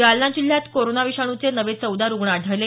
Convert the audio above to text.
जालना जिल्ह्यात कोरोना विषाणूचे नवे चौदा रुग्ण आढळले